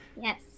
Yes